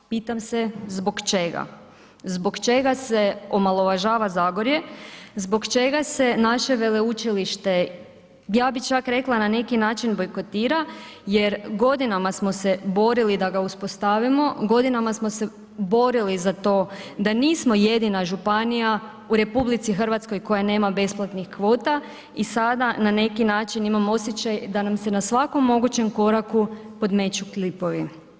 Pitam se zbog čega, zbog čega se omalovažava Zagorje, zbog čega se naše veleučilište, ja bi čak rekla na neki način bojkotira jer godinama smo se borili da ga uspostavimo, godinama smo se borili za to da nismo jedina županija u RH koja nema besplatnih kvota i sada na neki način imam osjećaj da nam se na svakom mogućem koraku podmeću klipovi.